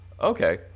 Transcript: Okay